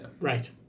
Right